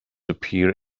appear